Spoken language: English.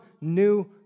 new